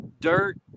dirt